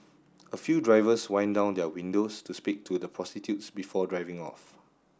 a few drivers wind down their windows to speak to the prostitutes before driving off